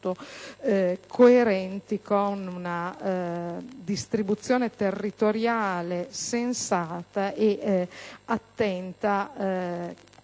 coerenti con una distribuzione territoriale sensata e attenta ad